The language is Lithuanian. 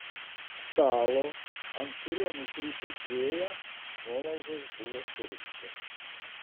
stalo ant kurio nukrito džėja nuolaužos buvo surinktos